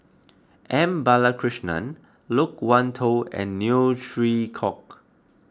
M Balakrishnan Loke Wan Tho and Neo Chwee Kok